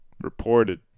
Reported